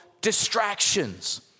distractions